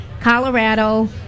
Colorado